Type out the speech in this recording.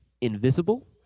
invisible